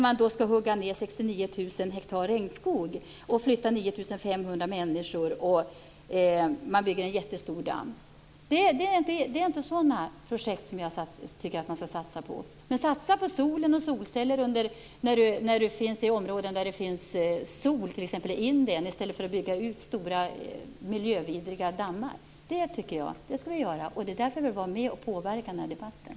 Man skall hugga ned 69 000 hektar regnskog och flytta 9 500 människor, och man bygger en jättestor damm. Det är inte sådana projekt som jag tycker att man skall satsa på. Man skall satsa på sol och solceller i områden där det finns sol, t.ex. i Indien, i stället för att bygga ut stora miljövidriga dammar. Det tycker jag att vi skall göra, och det är därför vi vill vara med och påverka den här debatten.